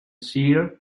seer